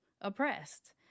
oppressed